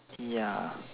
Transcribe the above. ya